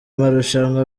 marushanwa